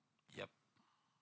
yup